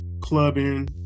clubbing